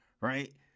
right